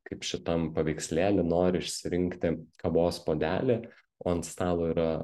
kaip šitam paveikslėly nori išsirinkti kavos puodelį o ant stalo yra